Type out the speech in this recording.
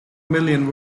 million